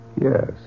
Yes